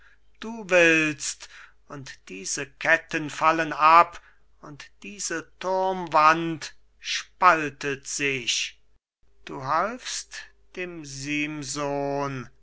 du willst und diese ketten fallen ab und diese turmwand spaltet sich du halfst dem simson